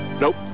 Nope